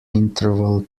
interval